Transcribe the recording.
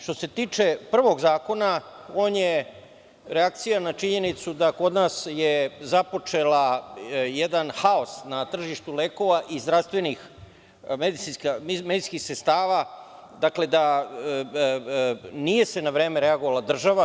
Što se tiče prvog zakona, on je reakcija na činjenicu da je kod nas započeo jedan haos na tržištu lekova i medicinskih sredstava, da nije na vreme reagovala država.